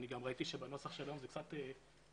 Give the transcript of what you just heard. אני גם ראיתי שבנוסח היום נמחק "לרבות